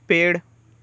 पेड़